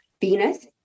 Venus